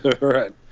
Right